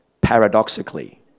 paradoxically